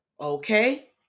Okay